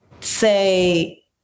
say